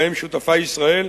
שבהם שותפה ישראל,